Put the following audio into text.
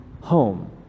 home